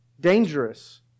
dangerous